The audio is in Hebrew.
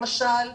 למשל,